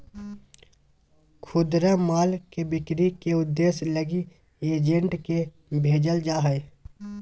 खुदरा माल के बिक्री के उद्देश्य लगी एजेंट के भेजल जा हइ